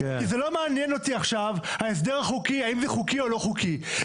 כי זה לא מעניין אותי עכשיו ההסדר החוקי האם זה חוקי או לא חוקי,